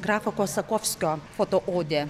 grafo kosakovskio foto odė